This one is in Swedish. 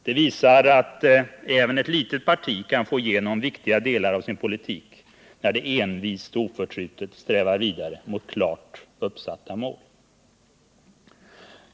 Det visar att även ett litet parti kan få igenom viktiga delar av sin politik när det envist och oförtrutet strävar vidare mot ett klart uppsatt mål.